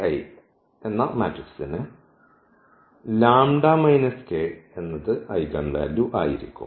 ക്ക് eigen value ആയിരിക്കും